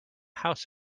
house